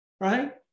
right